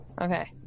Okay